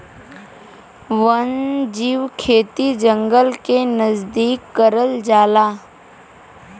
वन्यजीव खेती जंगल के नजदीक करल जाला